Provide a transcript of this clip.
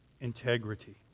integrity